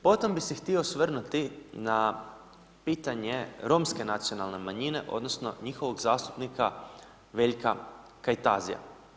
Potom bih se htio osvrnuti na pitanje romske nacionalne manjine, odnosno njihovog zastupnika Veljka Kajtazija.